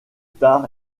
tard